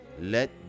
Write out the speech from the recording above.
Let